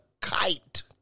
kite